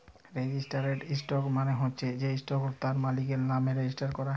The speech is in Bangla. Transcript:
রেজিস্টারেড ইসটক মালে হচ্যে যে ইসটকট তার মালিকের লামে রেজিস্টার ক্যরা